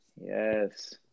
Yes